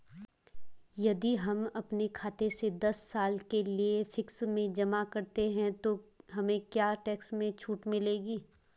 यदि हम अपने खाते से दस साल के लिए फिक्स में जमा करते हैं तो हमें क्या टैक्स में छूट मिलेगी?